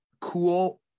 cool